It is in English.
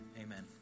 Amen